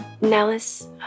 Nellis